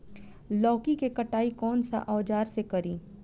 लौकी के कटाई कौन सा औजार से करी?